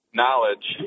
knowledge